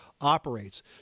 operates